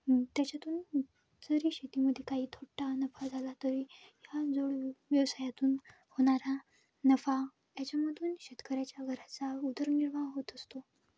त्याच्यातून जरी शेतीमध्ये काही तोटा नफा झाला तरी ह्या जवळ व्यवसायातून होणारा नफा याच्यामधून शेतकऱ्याच्या घराचा उदरनिर्वाह होत असतो